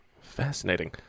fascinating